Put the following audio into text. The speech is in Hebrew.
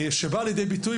שבאה לידי ביטוי,